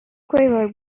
quivered